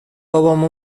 بابام